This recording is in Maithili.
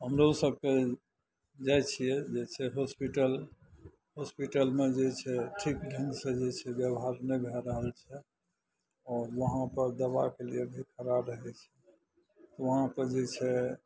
हमरो सबके जे जाइ छियै जे छै हॉस्पिटल हॉस्पिटलमे जे छै ठीक ढङ्गसँ जे छै व्यवहार नहि भए रहल छै आओर वहाँपर दवाके लिए भी खड़ा रहय छियै वहाँ पर जे छै